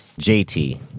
jt